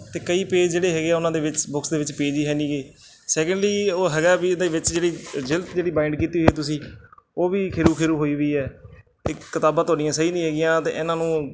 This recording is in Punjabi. ਅਤੇ ਕਈ ਪੇਜ ਜਿਹੜੇ ਹੈਗੇ ਆ ਉਹਨਾਂ ਦੇ ਵਿੱਚ ਬੁੱਕਸ ਦੇ ਵਿੱਚ ਪੇਜ ਹੀ ਹੈ ਨਹੀਂ ਹੈਗੇ ਸੈਕਿੰਡਲੀ ਉਹ ਹੈਗਾ ਵੀ ਇਹਦੇ ਵਿੱਚ ਜਿਹੜੀ ਜਿਲਦ ਜਿਹੜੀ ਬਾਇਡ ਕੀਤੀ ਹੋਈ ਤੁਸੀਂ ਉਹ ਵੀ ਖੇਰੂੰ ਖੇਰੂੰ ਹੋਈ ਹੋਈ ਵੀ ਹੈ ਅਤੇ ਕਿਤਾਬਾਂ ਤੁਹਾਡੀਆਂ ਸਹੀ ਨਹੀਂ ਹੈਗੀਆਂ ਅਤੇ ਇਹਨਾਂ ਨੂੰ